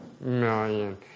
million